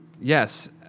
Yes